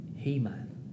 He-Man